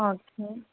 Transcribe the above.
okay